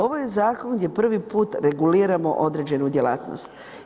Ovo je zakon gdje prvi put reguliramo određenu djelatnost.